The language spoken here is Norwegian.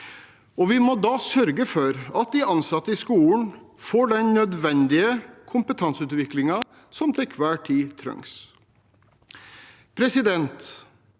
vi må sørge for at de ansatte i skolen får den nødvendige kompetanseutviklingen som til enhver tid trengs.